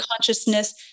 consciousness